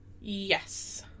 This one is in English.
Yes